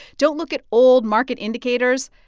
don't look at old market indicators.